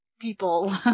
people